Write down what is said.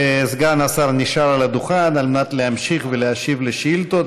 סגן השר נשאר על הדוכן על מנת להמשיך ולהשיב על שאילתות.